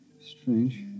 strange